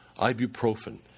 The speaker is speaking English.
ibuprofen